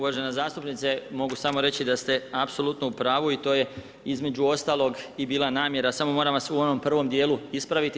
Uvažena zastupnice, mogu samo reći da ste apsolutno u pravu i to je između ostalog i bila namjera, samo moram vas u onom prvom djelu ispraviti.